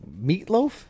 meatloaf